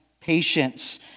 patience